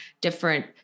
different